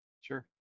Sure